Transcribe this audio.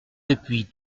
depuis